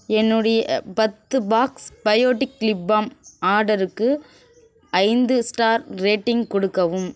என்னுடைய பத்து box Biotique lip balm ஆர்டருக்கு ஐந்து ஸ்டார் ரேட்டிங் கொடுக்கவும்